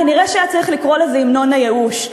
כנראה היה צריך לקרוא לזה המנון הייאוש.